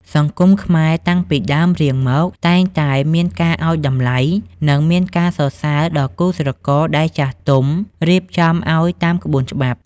សង្គមខ្មែរតាំងពីដើមរៀងមក តែងតែមានការឱ្យតម្លៃ និងមានការសរសើរដល់គូស្រករដែលចាស់ទុំរៀបចំឱ្យតាមក្បួនច្បាប់។